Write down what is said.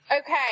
Okay